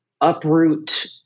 uproot